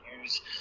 use